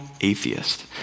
atheist